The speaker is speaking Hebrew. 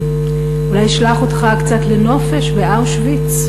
אולי אשלח אותך קצת לנופש באושוויץ.